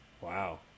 Wow